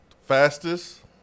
Fastest